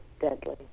deadly